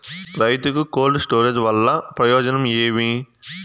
రైతుకు cold storage వల్ల ప్రయోజనం ఏమి?